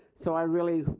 so i really,